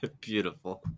Beautiful